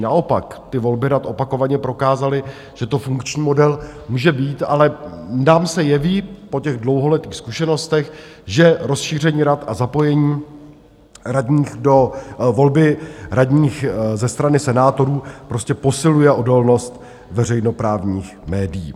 Naopak, ty volby rad opakovaně prokázaly, že to funkční model může být, ale nám se jeví po těch dlouholetých zkušenostech, že rozšíření rad a zapojení radních do volby radních ze strany senátorů prostě posiluje odolnost veřejnoprávních médií.